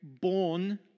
born